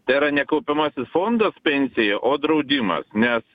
tai yra ne kaupiamasis fondas pensija o draudimas nes